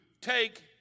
take